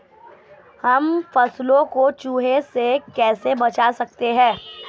हम फसलों को चूहों से कैसे बचा सकते हैं?